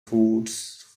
foods